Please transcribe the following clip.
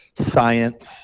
science